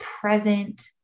present